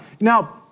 Now